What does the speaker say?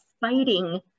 fighting